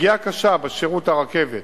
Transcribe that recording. פגיעה קשה בשירות הרכבת